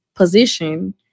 Position